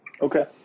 okay